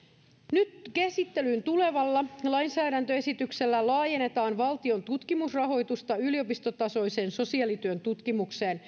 nyt käsittelyyn tulevalla lainsäädäntöesityksellä laajennetaan valtion tutkimusrahoitusta yliopistotasoiseen sosiaalityön tutkimukseen